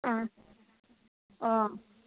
অঁ অঁ